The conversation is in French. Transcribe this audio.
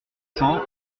cent